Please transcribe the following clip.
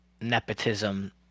nepotism